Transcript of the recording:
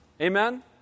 Amen